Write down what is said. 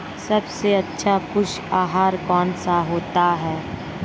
सबसे अच्छा पशु आहार कौन सा होता है?